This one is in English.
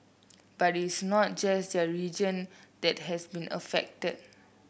but it's not just the region that has been affected